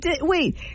wait